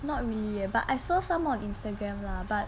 not really eh but I saw some of instagram lah but